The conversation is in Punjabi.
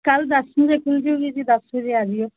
ਕੱਲ੍ਹ ਦਸ ਵਜੇ ਖੁੱਲ੍ਹ ਜੂਗੀ ਜੀ ਦਸ ਵਜੇ ਆ ਜਿਓ